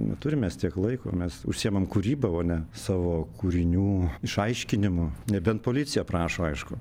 neturim mes tiek laiko mes užsiimam kūryba o ne savo kūrinių išaiškinimu nebent policija prašo aišku